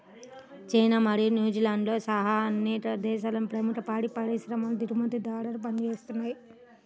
China మరియు న్యూజిలాండ్తో సహా అనేక దేశాలలో ప్రముఖ పాడి పరిశ్రమలు దిగుమతిదారులుగా పనిచేస్తున్నయ్